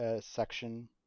section